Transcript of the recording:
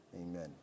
Amen